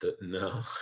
No